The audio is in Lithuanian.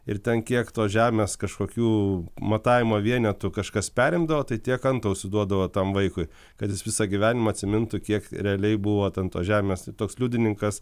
ir ten kiek tos žemės kažkokių matavimo vienetų kažkas perimdavo tai tiek antausių duodavo tam vaikui kad jis visą gyvenimą atsimintų kiek realiai buvo ten tos žemės tai toks liudininkas